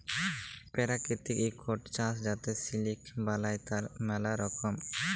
পেরাকিতিক ইকট চাস যাতে সিলিক বালাই, তার ম্যালা রকম